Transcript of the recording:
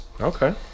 Okay